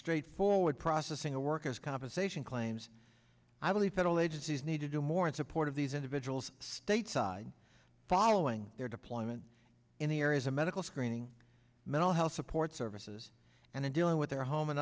straightforward processing a worker's compensation claim aims i believe federal agencies need to do more in support of these individuals stateside following their deployment in the areas of medical screening mental health support services and in dealing with their home and